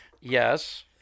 Yes